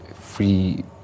free